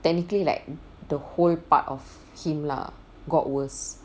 technically like the whole part of him lah got worse